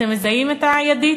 אתם מזהים את הידית?